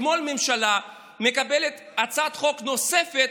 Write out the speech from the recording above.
אתמול הממשלה מקבלת הצעת חוק נוספת,